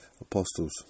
Apostles